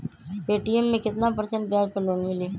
Paytm मे केतना percent ब्याज पर लोन मिली?